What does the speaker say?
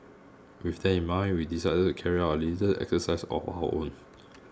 with that in mind we decided to carry out a little exercise of our own